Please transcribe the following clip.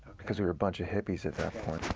because we were a bunch of hippies at that point.